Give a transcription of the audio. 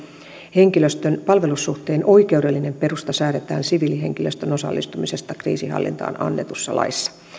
henkilöstön palvelussuhteen oikeudellinen perusta säädetään siviilihenkilöstön osallistumisesta kriisinhallintaan annetussa laissa